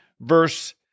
verse